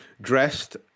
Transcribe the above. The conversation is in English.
dressed